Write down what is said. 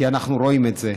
כי אנחנו רואים את זה.